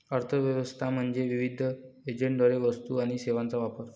अर्थ व्यवस्था म्हणजे विविध एजंटद्वारे वस्तू आणि सेवांचा वापर